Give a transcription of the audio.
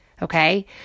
Okay